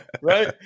right